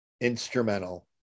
instrumental